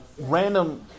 random